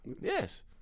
Yes